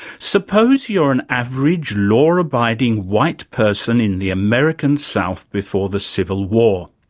suppose you're an average, law abiding white person in the american south before the civil war.